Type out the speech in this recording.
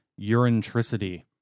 urintricity